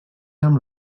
amb